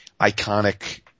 iconic